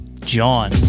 John